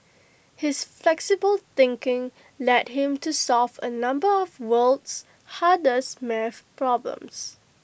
his flexible thinking led him to solve A number of world's hardest math problems